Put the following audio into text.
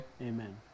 Amen